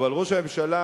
אבל ראש הממשלה,